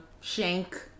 shank